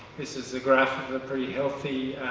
this is a graph of a pretty healthy,